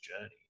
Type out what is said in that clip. journey